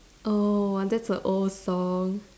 oh !wah! that's a old song